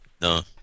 No